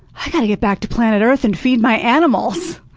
i got to get back to planet earth and feed my animals.